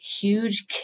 huge